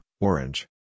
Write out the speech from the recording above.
Orange